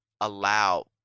allow